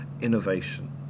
innovation